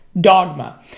dogma